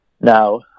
Now